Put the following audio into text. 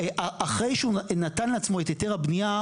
אחרי שהוא נתן לעצמו את היתר הבניה,